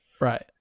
Right